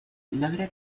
logra